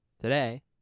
Today